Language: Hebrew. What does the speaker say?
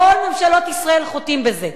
כל ממשלות ישראל חוטאות בזה.